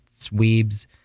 weebs